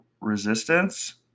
resistance